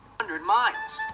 hundred miles.